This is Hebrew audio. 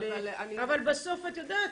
אבל בסוף את יודעת,